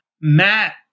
Matt